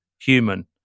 human